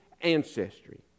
ancestry